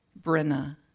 Brenna